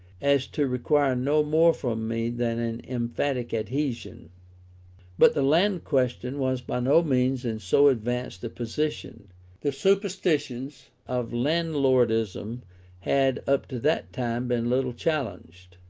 as to require no more from me than an emphatic adhesion but the land question was by no means in so advanced a position the superstitions of landlordism had up to that time been little challenged,